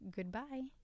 Goodbye